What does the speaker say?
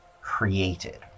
created